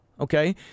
Okay